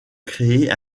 créer